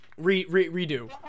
Redo